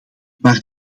maar